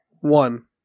one